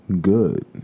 good